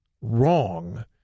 wrong